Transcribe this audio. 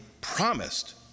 promised